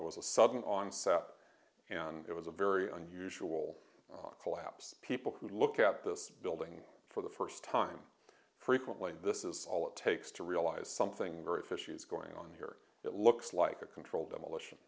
was a sudden onset and it was a very unusual collapse people who look at this building for the first time frequently this is all it takes to realize something very fishy is going on here it looks like a controlled demolition